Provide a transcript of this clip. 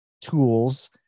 tools